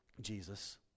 Jesus